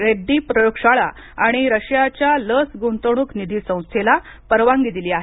रेड्डी प्रयोगशाळा आणि रशियाच्या लस गुंतवणूक निधी संस्थेला परवानगी दिली आहे